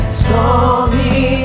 stormy